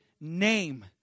name